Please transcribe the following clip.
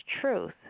truth